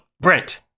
Brent